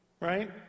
right